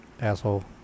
asshole